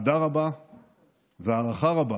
אהדה רבה והערכה רבה